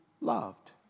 loved